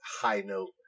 high-note